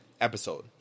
episode